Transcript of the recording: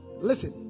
Listen